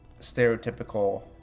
stereotypical